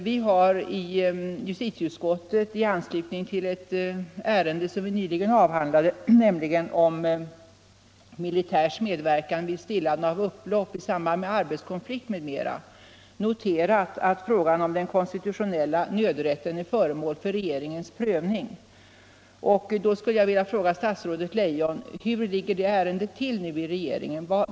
Vi har i justitieutskottet, i anslutning till ett ärende som vi nyligen avhandlade om militärs medverkan vid stillande av upplopp i samband med arbetskonflikt m.m., notera att frågan om den konstitutuinella nödrätten är föremål för regeringens prövning. Då skulle jag vilja fråga statsrådet Leijon: Hur ligger det ärendet till nu i regeringen?